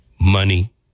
money